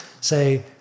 say